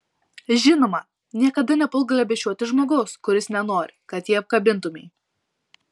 žinoma niekada nepulk glėbesčiuoti žmogaus kuris nenori kad jį apkabintumei